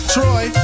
Troy